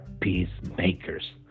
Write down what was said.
peacemakers